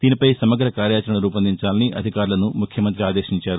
దీనిపై సమగ్ర కార్యాచరణ రూపొందించాలని అధికారులను ముఖ్యమంతి ఆదేశించారు